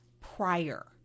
prior